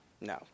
No